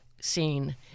scene